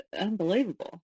unbelievable